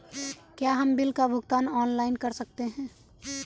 क्या हम बिल का भुगतान ऑनलाइन कर सकते हैं?